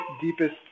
deepest